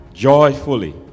joyfully